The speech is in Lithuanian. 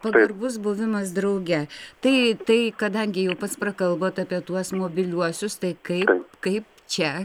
pagarbus buvimas drauge tai tai kadangi jau pats prakalbot apie tuos mobiliuosius tai kaip kaip čia